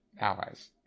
allies